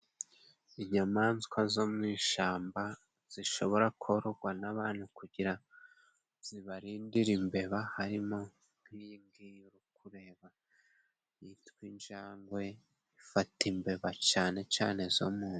Inyamaswa zo mu ishamba zishobora kororwa n'abantu kugira ngo zibarindire imbeba, harimo nk'iyi ngiyi uri kureba yitwa injangwe. Ifata imbeba cane cane zo mu nzu.